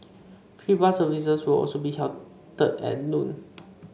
free bus services will also be halted at noon